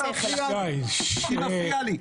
הצעקות לא יעזרו לך,